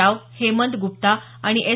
राव हेमंत गुप्ता आणि एस